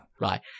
Right